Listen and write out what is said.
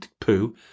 poo